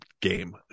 game